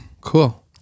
Cool